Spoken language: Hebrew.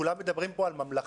כולם מדברים פה על ממלכה,